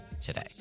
today